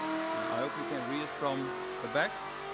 i hope you can read it from the back.